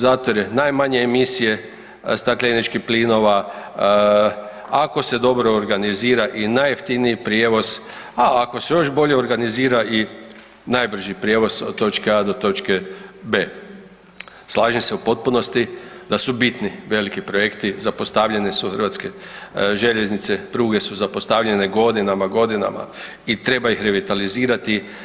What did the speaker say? Zato jer je najmanje emisije stakleničkih plinova, ako se dobro organizira i najjeftiniji prijevoz, a ako se još bolje organizira i najbrži prijevoz od točke A do točke B. Slažem se u potpunosti da su bitni veliki projekti, zapostavljene su HŽ, pruge su zapostavljene godinama, godinama i treba ih revitalizirati.